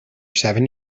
seven